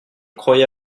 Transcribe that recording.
croyais